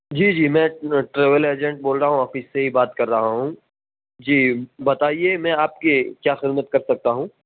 جی جی میں travel agent بول رہا ہوں آفس سے ہی بات کر رہا ہوں جی بتائیے میں آپ کی کیا خدمت کر سکتا ہوں